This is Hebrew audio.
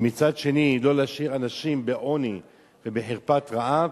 ומצד שני לא להשאיר אנשים בעוני ובחרפת רעב,